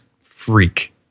freak